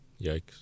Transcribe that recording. yikes